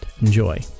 Enjoy